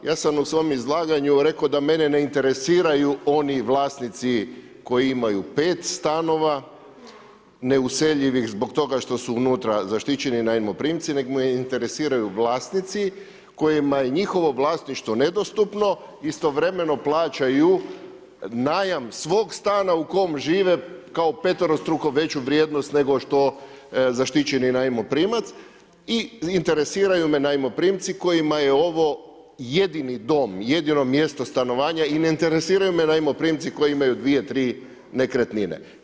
Ja sam u svom izlaganju rekao da mene ne interesiraju oni vlasnici koji imaju pet stanova neuseljivih zbog toga što su unutra zaštićeni najmoprimci nego me interesiraju vlasnici kojima je njihovo vlasništvo nedostupno, istovremeno plaćaju najam svog stana u kojem žive kao peterostruko veću vrijednost nego što zaštićeni najmoprimac i interesiraju me najmoprimci kojima je ovo jedini dom, jedino mjesto stanovanja i ne interesiraju me najmoprimci koji imaju 2-3 nekretnine.